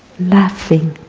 laughing,